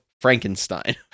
Frankenstein